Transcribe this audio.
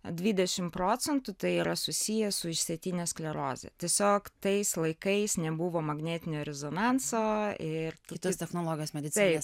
dvidešim procentų tai yra susiję su išsėtine skleroze tiesiog tais laikais nebuvo magnetinio rezonanso ir kitos technologijos medicinoje